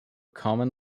common